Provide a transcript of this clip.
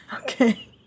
Okay